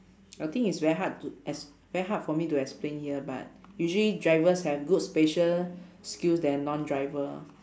I think is very hard to ex~ very hard for me to explain here but usually drivers have good spatial skills than non driver